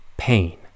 pain